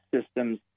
systems